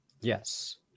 Yes